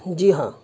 جی ہاں